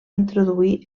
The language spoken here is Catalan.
introduir